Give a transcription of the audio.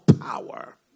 power